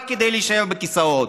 רק כדי להישאר בכיסאות.